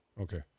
Okay